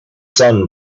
son